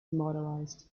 demoralised